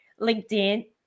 LinkedIn